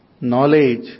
knowledge